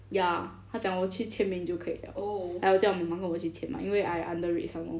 ya 他讲我去签名就可以了 then 我叫我的妈妈跟我一起去签 mah 因为我 underage some more